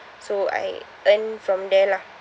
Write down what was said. so I earn from there lah